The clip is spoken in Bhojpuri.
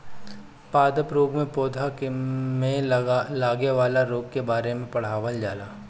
पादप रोग में पौधा में लागे वाला रोग के बारे में पढ़ावल जाला